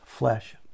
flesh